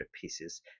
pieces